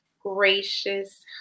gracious